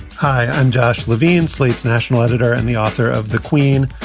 hi, i'm josh levine, slate's national editor and the author of the queen.